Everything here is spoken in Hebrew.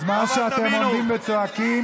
כל זמן שאתם עומדים וצועקים,